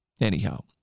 Anyhow